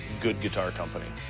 good guitar company.